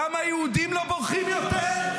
היהודים לא בורחים יותר,